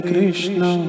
Krishna